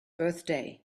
birthday